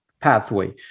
pathway